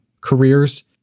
careers